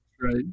Right